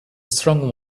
strong